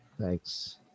Thanks